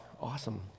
awesome